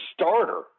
starter